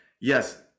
yes